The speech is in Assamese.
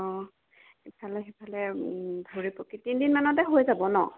অঁ ইফালে সিফালে ঘূৰি পকি তিনদিনমানতে হৈ যাব ন